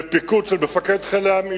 בפיקוד של מפקד חיל הים,